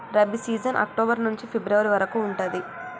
rabi season October నుంచి February వరకు ఉంటది